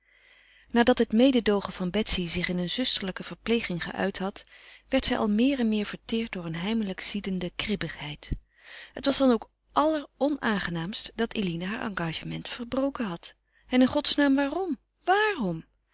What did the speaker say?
nadat het mededoogen van betsy zich in een zusterlijke verpleging geuit had werd zij al meer en meer verteerd door een heimelijk ziedende kribbigheid het was dan ook alleronaangenaamst dat eline haar engagement verbroken had en in godsnaam waarom waarom